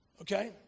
Okay